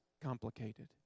complicated